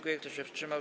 Kto się wstrzymał?